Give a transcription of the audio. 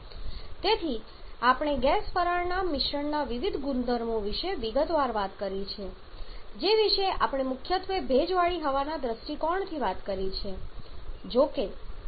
તેથી આપણે ગેસ વરાળના મિશ્રણના વિવિધ ગુણધર્મો વિશે વિગતવાર વાત કરી છે જે વિશે આપણે મુખ્યત્વે ભેજવાળી હવાના દૃષ્ટિકોણથી વાત કરી છે